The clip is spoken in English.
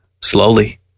Slowly